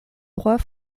droits